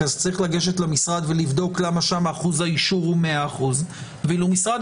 אז צריך לגשת למשרד ולבדוק למה שם אחוז האישור הוא 100% ואילו משרד